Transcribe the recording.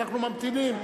ואנחנו ממתינים,